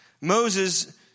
Moses